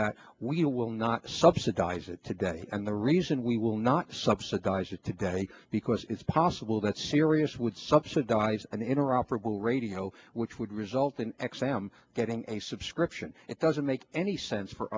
that we will not subsidize it today and the reason we will not subsidize it today because it is possible that sirius would subsidize an interoperable radio which would result in x m getting a subscription it doesn't make any sense for